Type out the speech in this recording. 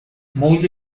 موج